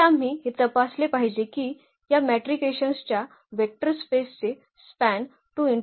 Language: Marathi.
दुसरे आम्ही हे तपासले पाहिजे की या मॅट्रिकेशन्सच्या वेक्टर स्पेसचे स्पॅन आहे